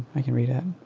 i can read it